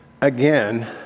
again